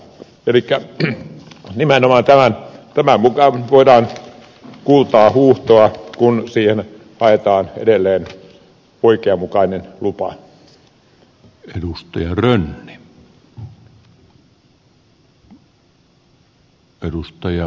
elikkä nimenomaan tämän mukaan voidaan kultaa huuhtoa kun siihen haetaan edelleen oikea lupa